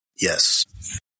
Yes